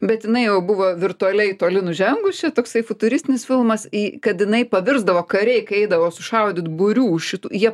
bet jinai jau buvo virtualiai toli nužengusi toksai futuristinis filmas į kad jinai pavirsdavo kariai kai eidavo sušaudyt būrių šitų jie